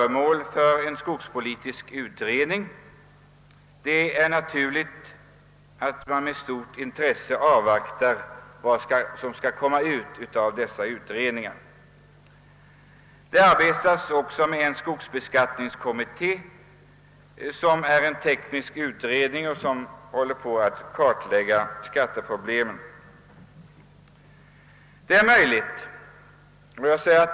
En skogspolitisk utredning arbetar, och det är naturligt att vi med stort intresse avvaktar vad som skall komma ut ur denna. Vidare finns en skogsbeskattningskommitté — en teknisk utredning — som sysslar med att kartlägga skatteproblemen på området.